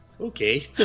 Okay